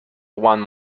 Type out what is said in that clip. one